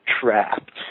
trapped